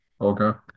Okay